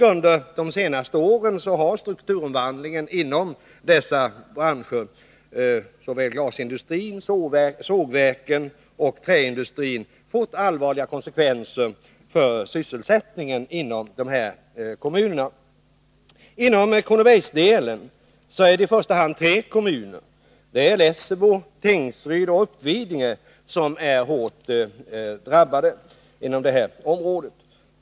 Under de senaste åren har strukturomvandlingen inom dessa branscher — såväl glasindustri som sågverk och träindustri — fått allvarliga konsekvenser för sysselsättningen inom dessa kommuner. Inom Kronobergs län är det i första hand tre kommuner — Lessebo, Tingsryd och Uppvidinge — som är hårt drabbade.